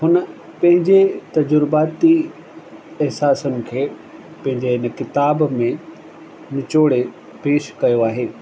हुन पंहिंजे तज़ुर्बाती एहसासनि खे पंहिंजे इन किताब में निचोड़े पेश कयो आहे